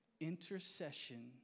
Intercession